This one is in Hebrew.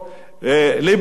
ליברמן?